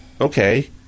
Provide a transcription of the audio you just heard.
okay